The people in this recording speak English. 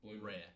rare